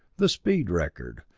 the speed record,